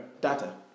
Data